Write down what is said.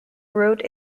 wrote